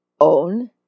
Own